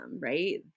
right